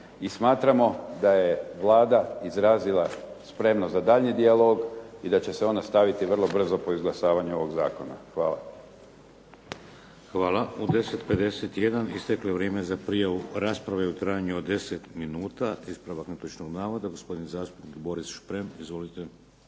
I smatramo da je Vlada izrazila spremnost za daljnji dijalog i da će se ona staviti po izglasavanju ovog zakona. Hvala. **Bebić, Luka (HDZ)** Hvala. U 10,51 isteklo je vrijeme za prijavu rasprave u trajanju od 10 minuta. Ispravak netočnog navoda, gospodin zastupnik Boris Šprem. Izvolite.